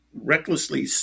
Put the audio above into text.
recklessly